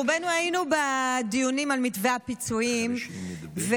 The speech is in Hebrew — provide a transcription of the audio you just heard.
רובנו היינו בדיונים על מתווה ,הפיצויים וכולנו